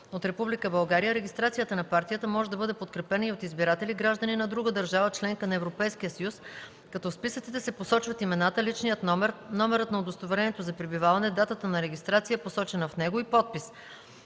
България регистрацията на партията може да бъде подкрепена и от избиратели – граждани на друга държава – членка на Европейския съюз, като в списъците се посочват имената, личният номер, номерът на удостоверението за пребиваване, датата на регистрация, посочена в него, и подпис;